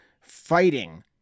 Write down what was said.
fighting